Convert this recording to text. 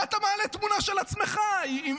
מה אתה מעלה תמונה של עצמך ב-AI?